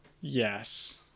Yes